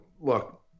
look